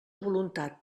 voluntat